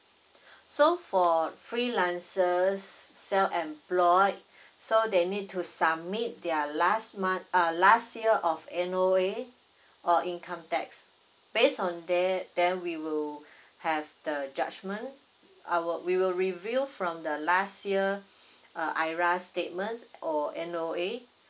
so for freelancers self employed so they need to submit their last month uh last year of N_O_A or income tax based on there then we will have the judgment our we will review from the last year uh I_R statement or N_O_A